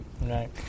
right